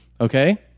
Okay